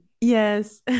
Yes